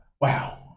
wow